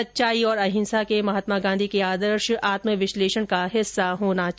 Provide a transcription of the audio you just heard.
सच्चाई और अहिंसा के महात्मा गांधी के आदर्श आत्मविश्लेषण का हिस्सा होना चाहिए